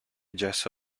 jesse